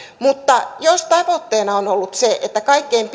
mutta jos tavoitteena on ollut se että kaikkein